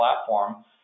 platform